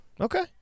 Okay